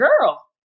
girl